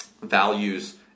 values